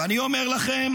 -- ואני אומר לכם,